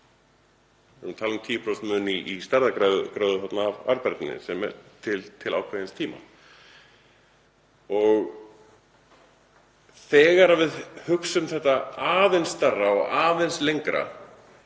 Ef við hugsum þetta aðeins stærra og aðeins lengra